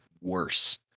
worse